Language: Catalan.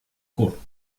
curt